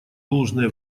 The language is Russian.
должное